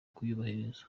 kuyubahiriza